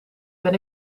ben